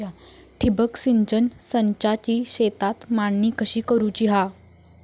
ठिबक सिंचन संचाची शेतात मांडणी कशी करुची हा?